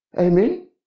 Amen